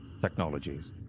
technologies